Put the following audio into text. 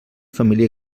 família